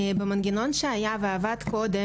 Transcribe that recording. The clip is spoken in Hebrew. במנגנון שהיה ועבד קודם,